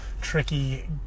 tricky